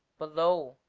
below